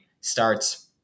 starts